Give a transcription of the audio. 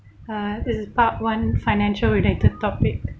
uh this is part one financial related topic